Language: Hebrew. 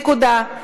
נקודה.